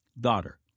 daughter